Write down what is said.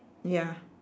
ya